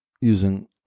using